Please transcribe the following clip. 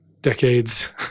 decades